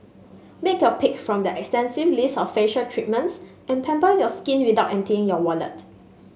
make your pick from their extensive list of facial treatments and pamper your skin without emptying your wallet